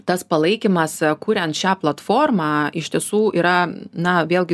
tas palaikymas kuriant šią platformą iš tiesų yra na vėlgi